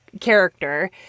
character